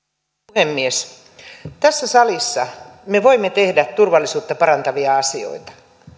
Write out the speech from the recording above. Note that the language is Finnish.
puhemies tässä salissa me voimme tehdä turvallisuutta parantavia asioita